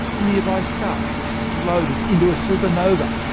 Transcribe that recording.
a nearby star exploded into a supernova.